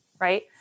right